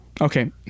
Okay